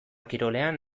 kirolean